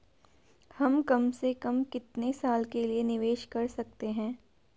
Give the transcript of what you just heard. हम कम से कम कितने साल के लिए निवेश कर सकते हैं?